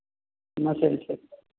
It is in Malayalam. എന്നാൽ ശരി ശരി